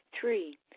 Three